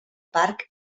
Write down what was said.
parc